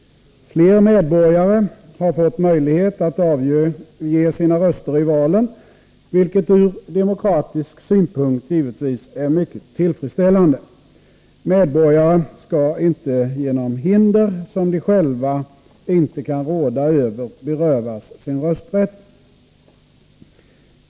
Fler medborgare har fått möjlighet att avge sina röster i valen, vilket från demokratisk synpunkt givetvis är mycket tillfredsställande. Medborgare skall inte genom hinder som de själva inte kan råda över berövas sin rösträtt.